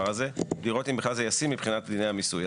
לראות אם זה ישים מבחינת דיני המיסוי.